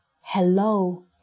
Hello